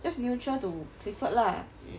just neutral to clifford lah